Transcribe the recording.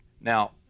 Now